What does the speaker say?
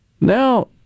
Now